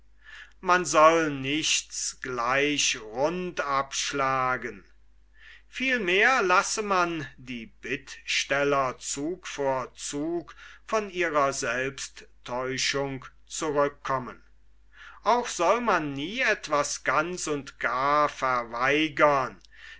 man soll nichts gleich rund abschlagen vielmehr lasse man die bittsteller zug vor zug von ihrer selbsttäuschung zurückkommen auch soll man nie etwas ganz und gar verweigern